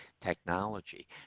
technology